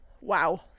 Wow